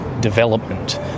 development